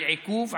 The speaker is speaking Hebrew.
על עיכוב,